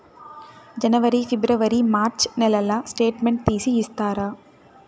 జనవరి, ఫిబ్రవరి, మార్చ్ నెలల స్టేట్మెంట్ తీసి ఇస్తారా?